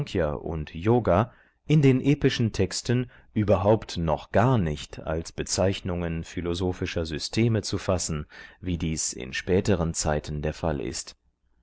und yoga in den epischen texten überhaupt noch gar nicht als bezeichnungen philosophischer systeme zu fassen wie dies in späteren zeiten der fall ist